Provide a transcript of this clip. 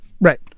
Right